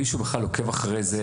מישהו בכלל עוקב אחרי זה?